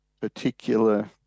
particular